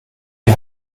die